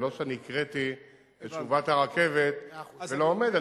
זה לא שאני הקראתי את תשובת הרכבת ולא עומד.